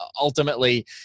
ultimately